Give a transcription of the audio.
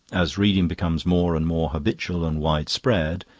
as reading becomes more and more habitual and widespread,